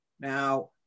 Now